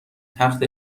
تخت